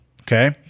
Okay